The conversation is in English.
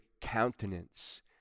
countenance